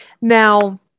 Now